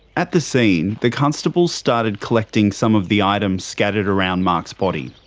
at the scene, the constables started collecting some of the items scattered around mark's body.